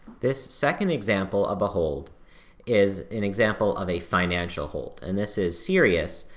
this second example of a hold is an example of a financial hold, and this is serious,